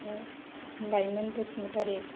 ओमफ्राय लाइमोन बसुमतारि